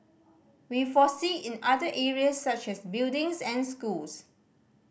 we foresee in other areas such as buildings and schools